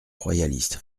royaliste